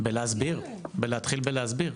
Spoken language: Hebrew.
בלהסביר, בלהתחיל בלהסביר.